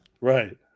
Right